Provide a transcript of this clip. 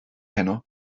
heno